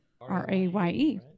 R-A-Y-E